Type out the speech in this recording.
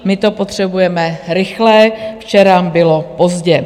My to potřebujeme rychle, včera bylo pozdě.